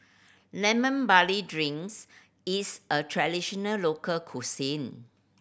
lemon barley drinks is a traditional local cuisine